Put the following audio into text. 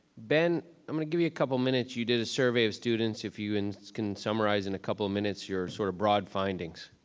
ben, i'm gonna give you a couple minutes. you did a survey of students. if you and can summarize in a couple of minutes, your sort of broad findings.